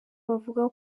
bavuga